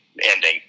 ending